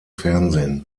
fernsehen